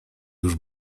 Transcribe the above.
już